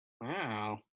wow